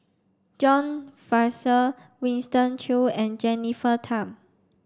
John Fraser Winston Choos and Jennifer Tham